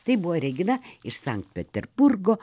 tai buvo regina iš sankt peterburgo